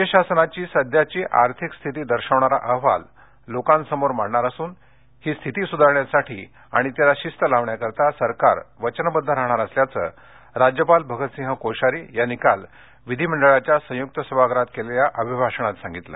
राज्य शासनाची सध्याची आर्थिक स्थिती दर्शवणारा अहवाल जनतेसमोर मांडणार असून ही आर्थिक स्थिती सुधारण्यासाठी आणि तिला शिस्त आणण्यासाठी सरकार वचनबद्ध राहणार असल्याचं राज्यपाल भगत सिंह कोश्यारी यांनी काल विधिमंडळाच्या संयूक सभागृहात केलेल्या अभिभाषणात सांगितलं